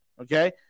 okay